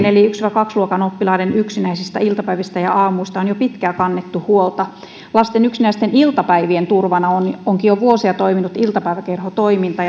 eli ensimmäinen ja toisen luokan oppilaiden yksinäisistä iltapäivistä ja aamuista on jo pitkään kannettu huolta lasten yksinäisten iltapäivien turvana onkin jo vuosia toiminut iltapäiväkerhotoiminta